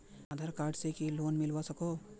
आधार card से की loan मिलवा सकोहो?